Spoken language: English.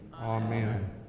Amen